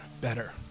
better